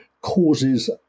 causes